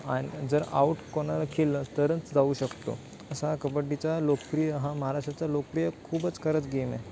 आणि जर आऊट कोणाला केलं तरच जाऊ शकतो असा कबड्डीचा लोकप्रिय हा महाराष्ट्राचा लोकप्रिय खूपच खरंच गेम आहे